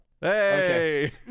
hey